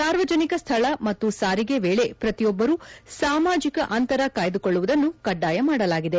ಸಾರ್ವಜನಿಕ ಸ್ಥಳ ಮತ್ತು ಸಾರಿಗೆ ವೇಳಿ ಪ್ರತಿಯೊಬ್ಬರು ಸಾಮಾಜಿಕ ಅಂತರ ಕಾಯ್ದುಕೊಳ್ಳುವುದನ್ನು ಕಡ್ಡಾಯ ಮಾಡಲಾಗಿದೆ